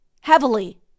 heavily